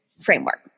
framework